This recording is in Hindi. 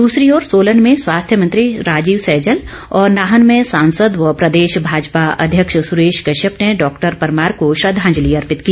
दूसरी ओर सोलन में स्वास्थ्य मंत्री राजीव सैजल और नाहन में सांसद व प्रदेश भाजपा अध्यक्ष सुरेश कश्यप ने डॉक्टर परमार को श्रद्धांजलि अर्पित की